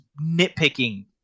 nitpicking